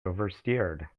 oversteered